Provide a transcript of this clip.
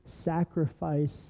sacrifice